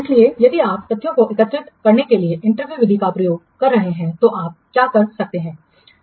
इसलिए यदि आप तथ्यों को एकत्र करने के लिए इंटरव्यू विधि का उपयोग कर रहे हैं तो आप क्या कर सकते हैं